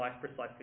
precisely